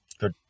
good